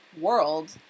world